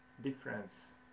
difference